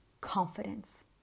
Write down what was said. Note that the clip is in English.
confidence